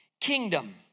kingdom